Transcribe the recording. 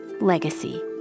Legacy